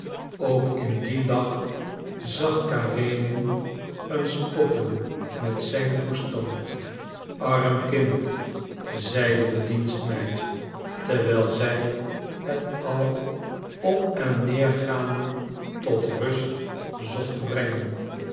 ook in dien lach zag karenin een spotten met zijn toestand arm kind zeide de dienstmeid terwijl zij het al op en neer gaande tot rust zocht te brengen